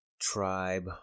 tribe